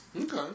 Okay